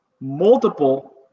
multiple